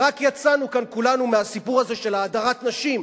רק יצאנו כאן כולנו מהסיפור הזה של הדרת הנשים.